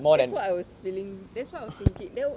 that's what I was feeling that's why I was thinking